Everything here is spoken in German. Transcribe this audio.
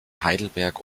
heidelberg